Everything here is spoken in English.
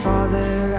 Father